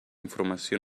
informació